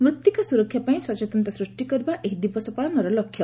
ମୃତ୍ତିକା ସୁରକ୍ଷାପାଇଁ ସଚେତନତା ସୃଷ୍ଟି କରିବା ଏହି ଦିବସ ପାଳନର ଲକ୍ଷ୍ୟ